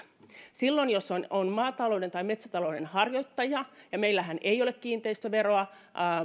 silloin jos on maatalouden tai metsätalouden harjoittaja meillähän ei ole kiinteistöveroa